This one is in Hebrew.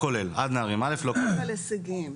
--- הישגיים?